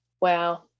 Wow